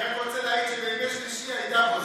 אני רק רוצה להעיד שבימי שלישי היא הייתה פה,